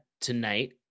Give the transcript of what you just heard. tonight